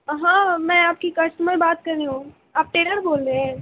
ہاں میں آپ کی کسٹمر بات کر رہی ہوں آپ ٹیلر بول رہے ہیں